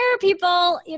people